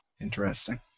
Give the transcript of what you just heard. interesting